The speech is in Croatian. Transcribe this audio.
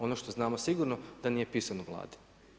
Ono što znamo sigurno, da nije pisan u Vladi.